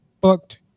booked